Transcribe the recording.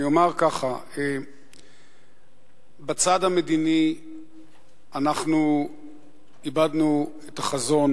אני אומר ככה: בצד המדיני אנחנו איבדנו את החזון